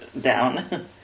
down